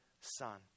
son